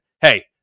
Hey